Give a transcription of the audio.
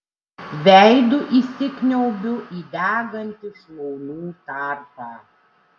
veidu įsikniaubiu į degantį šlaunų tarpą